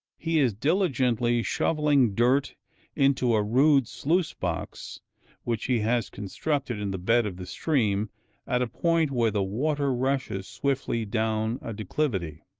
he is diligently shovelling dirt into a rude sluice-box which he has constructed in the bed of the stream at a point where the water rushes swiftly down a declivity.